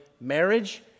marriage